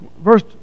verse